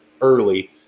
early